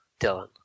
Dylan